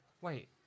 wait